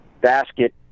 basket